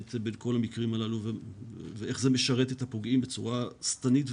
כאלמנט בין כל המקרים הלל ואיך זה משרת את הפוגעים בצורה שטנית.